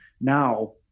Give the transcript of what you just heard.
now